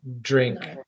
drink